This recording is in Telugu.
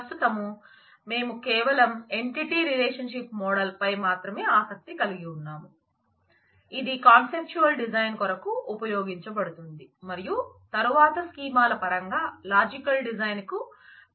ప్రస్తుతం మేము కేవలం ఎంటిటీ రిలేషన్షిప్ మోడల్ పై మాత్రమే ఆసక్తి కలిగి ఉన్నాం ఇది కాన్సెప్ట్యుయల్ డిజైన్ కొరకు ఉపయోగించబడుతుంది మరియు తరువాత స్కీమాల పరంగా లాజికల్ డిజైన్ కు ప్రాతిపదికను అందిస్తుంది